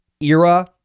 era